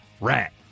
Rat